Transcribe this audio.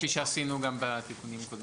כפי שעשינו גם בתיקונים הקודמים.